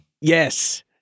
Yes